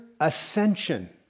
ascension